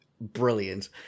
brilliant